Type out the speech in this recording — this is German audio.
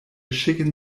schicken